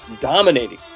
dominating